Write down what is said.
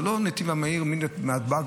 זה לא הנתיב המהיר מנתב"ג,